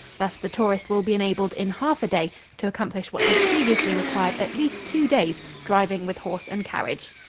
thus the tourist will be enabled in half a day to accomplish what has previously required at least two days driving with horse and carriage.